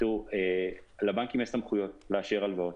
תראו, לבנקים יש סמכויות לאשר הלוואות,